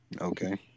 Okay